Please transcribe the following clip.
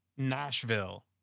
Nashville